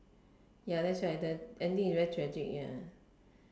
ya that's why the ending is very tragic ya